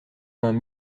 vingt